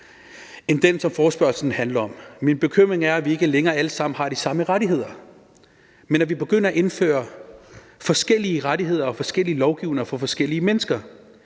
end den, som forespørgslen handler om. Min bekymring er, at vi ikke længere alle sammen har de samme rettigheder, men at vi begynder at indføre forskellige rettigheder og forskellige lovgivninger for forskellige mennesker,